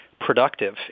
productive